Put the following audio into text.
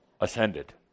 ascended